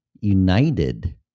United